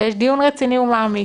שיש דיון רציני ומעמיק,